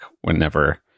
whenever